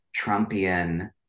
Trumpian